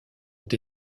ont